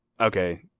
okay